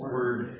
word